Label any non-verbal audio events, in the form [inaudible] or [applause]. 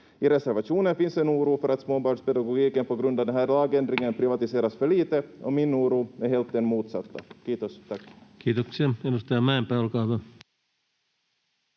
I reservationen finns en oro för att småbarnspedagogiken på grund av den här lagändringen privatiseras för lite, [noise] och min oro är helt den motsatta. — Kiitos,